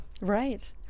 Right